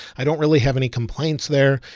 i don't really have any complaints there.